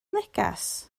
neges